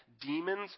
demons